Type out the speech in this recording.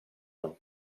con